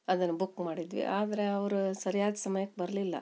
ಅದನ್ನ ಬುಕ್ ಮಾಡಿದ್ವಿ ಆದರೆ ಅವರ ಸರ್ಯಾದ ಸಮಯಕ್ಕೆ ಬರಲಿಲ್ಲ